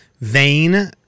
vein